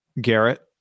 Garrett